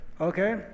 Okay